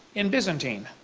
in byzantine.